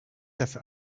dafür